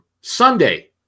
Sunday